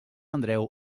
andreu